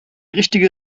richtige